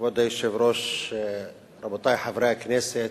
כבוד היושב-ראש, רבותי חברי הכנסת,